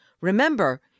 remember